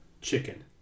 chicken